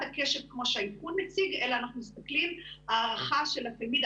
הקשב כמו שהאבחון מציג אלא אנחנו מסתכלים הערכה של התלמיד,